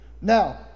Now